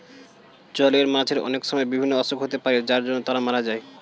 জলের মাছের অনেক সময় বিভিন্ন অসুখ হতে পারে যার জন্য তারা মোরে যায়